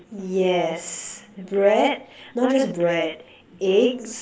yes bread not just bread eggs